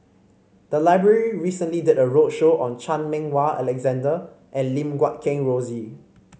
the library recently did a roadshow on Chan Meng Wah Alexander and Lim Guat Kheng Rosie